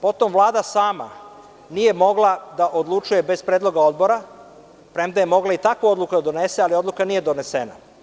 Potom Vlada sama nije mogla da odlučuje bez predloga Odbora, premda je mogla i takvu odluku da donese, ali odluka nije donesena.